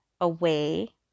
away